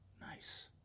Nice